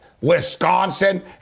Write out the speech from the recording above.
Wisconsin